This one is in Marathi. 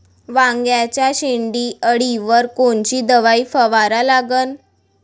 वांग्याच्या शेंडी अळीवर कोनची दवाई फवारा लागन?